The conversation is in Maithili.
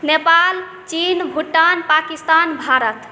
नेपाल चीन भूटान पाकिस्तान भारत